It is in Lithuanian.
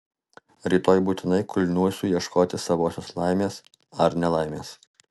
rytoj būtinai kulniuosiu ieškoti savosios laimės ar nelaimės